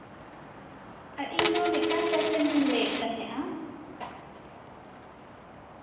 ᱟᱨ ᱤᱧ ᱫᱚ ᱢᱤᱫᱴᱟᱱ ᱯᱮᱥᱮᱱᱴ ᱤᱧ ᱞᱟᱹᱭᱮᱫ ᱛᱟᱦᱮᱸᱱᱟ